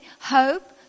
Hope